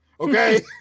Okay